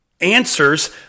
answers